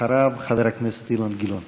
אחריו, חבר הכנסת אילן גילאון.